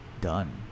done